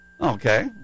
Okay